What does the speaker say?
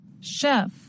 Chef